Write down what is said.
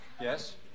Yes